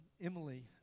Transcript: Emily